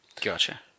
Gotcha